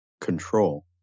control